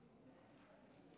ונמנעים.